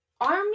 Army